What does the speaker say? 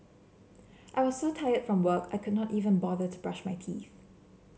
I was so tired from work I could not even bother to brush my teeth